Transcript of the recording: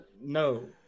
No